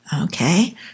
okay